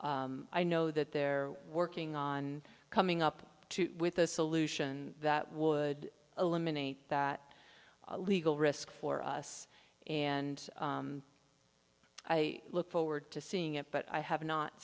i know that they're working on coming up with a solution that would eliminate that legal risk for us and i look forward to seeing it but i have not